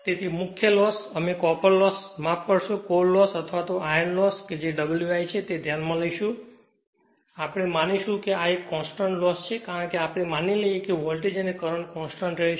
તેથી મુખ્ય લોસ અમે કોપર લોસ માફ કરશો કોર લોસ અથવા આયર્ન લોસ કે જે Wi છે તે ધ્યાનમાં લઈશું આપણે માની લઈશું કે આ એક કોંસ્ટંટ લોસ છે કારણ કે આપણે માની લઈએ છીએ કે વોલ્ટેજ અને કરંટ કોંસ્ટંટ રહેશે